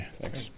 thanks